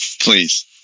please